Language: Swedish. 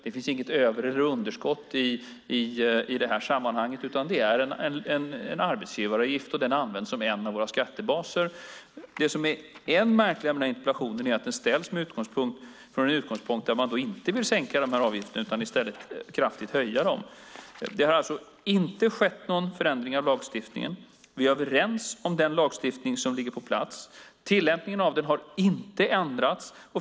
Det finns inget över eller underskott i det sammanhanget, utan det är en arbetsgivaravgift, och den används som en av våra skattebaser. Vad som är än märkligare med denna interpellation är att den ställs från en utgångspunkt där man inte vill sänka de avgifterna utan i stället höja dem kraftigt. Det har inte skett någon förändring av lagstiftningen. Vi är överens om den lagstiftning som ligger på plats. Tillämpningen av den har inte ändrats.